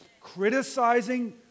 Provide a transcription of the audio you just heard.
Criticizing